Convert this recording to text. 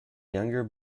younger